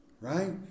Right